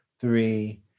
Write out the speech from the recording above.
three